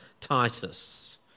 Titus